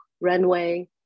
runway